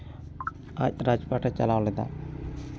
ᱟᱡ ᱨᱟᱡᱽ ᱯᱟᱴᱮ ᱪᱟᱞᱟᱣ ᱞᱮᱫᱟ